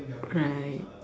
right